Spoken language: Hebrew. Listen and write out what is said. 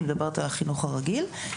אני מדברת על החינוך הרגיל.